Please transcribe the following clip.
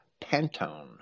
Pantone